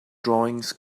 drawings